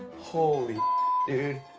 holy dude.